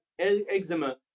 eczema